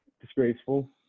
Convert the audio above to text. disgraceful